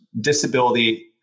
disability